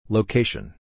Location